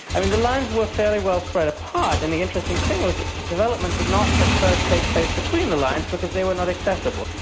um and the lines were fairly well spread apart, and the interesting thing was that the development did not at first take place between the lines because they were not accessible.